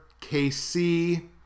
KC